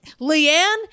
Leanne